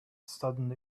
sudden